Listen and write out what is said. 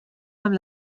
amb